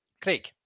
Craig